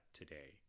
today